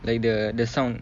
like the the sound